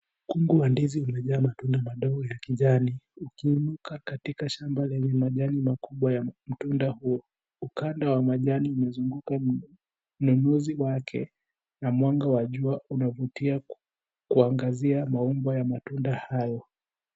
Mkungu wa ndizi uliojaa matunda madogo ya kijani, ukiinuka katika shamba lenye majani makubwa ya mtunda huo. Ukanda wa majani umezunguka mnunuzi wake na mwanga wa jua unavutia ku., kuangazia maumbo ya matunda hayo.